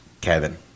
Kevin